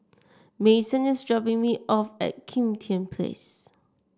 Mason is dropping me off at Kim Tian Place